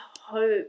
hope